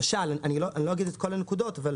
אני לא אגיד את כל הנקודות, אבל